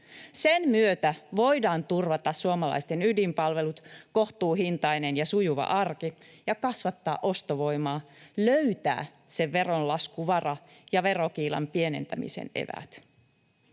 Sen myötä voidaan turvata suomalaisten ydinpalvelut ja kohtuuhintainen ja sujuva arki sekä kasvattaa ostovoimaa, löytää se veronlaskuvara ja verokiilan pienentämisen eväät.